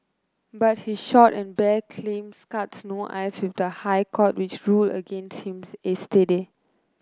but his short and bare claims cut no ice with the High Court which ruled against him yesterday